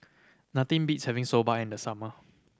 nothing beats having Soba in the summer